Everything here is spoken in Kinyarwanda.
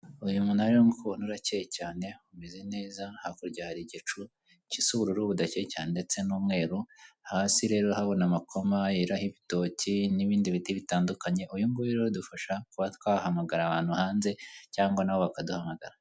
Uyu munara rero nkuko ubibona urakeye cyane, umeze neza hakurya hari igicu gisa ubururu budake cyane ndetse n'umweru, hasi rero urahabona amakoma yeraho ibitoki n'ibindi biti bitandukanye, uyu nguyu rero udufasha kuba twahamagara abantu hanze cyangwa nabo bakaduhamagara.